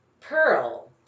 Pearl